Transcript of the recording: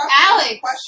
Alex